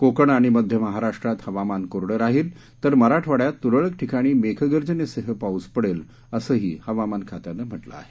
कोकण आणि मध्य महाराष्ट्रात हवामान कोरडं राहील तर मराठवाङ्यात तुरळक ठिकाणी मेघगर्जनेसह पाऊस पडेल असंही हवामान खात्यानं म्हटलं आहे